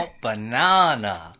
Banana